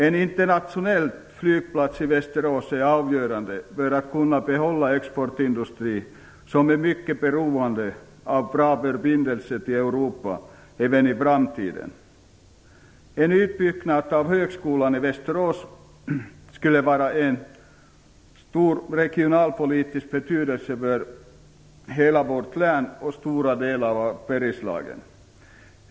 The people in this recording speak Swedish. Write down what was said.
En internationell flygplats i Västerås är avgörande för att vi skall kunna behålla exportindustri, som är mycket beroende av bra förbindelser med Europa även i framtiden. En utbyggnad av högskolan i Västerås skulle vara av stor regionalpolitisk betydelse för hela vårt län och stora delar av Bergslagen.